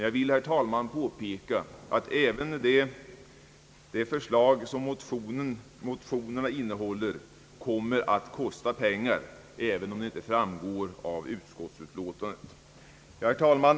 Jag vill, herr talman, påpeka att även det förslag som motionerna innehåller kommer att kosta pengar, även om det inte framgår av utskottsutlåtandet. Herr talman!